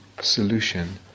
solution